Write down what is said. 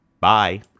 bye